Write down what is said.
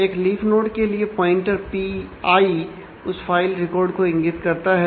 एक leaf node node है